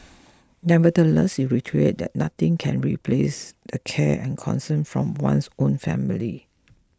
nevertheless he reiterated that nothing can replace the care and concern from one's own family